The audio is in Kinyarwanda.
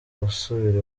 gusubira